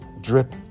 drip